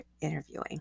interviewing